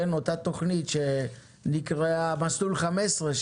אותה תוכנית שנקראה מסלול 15,